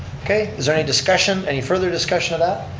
okay, is there any discussion, any further discussion of that?